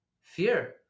Fear